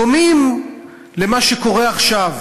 דומים למה שקורה עכשיו,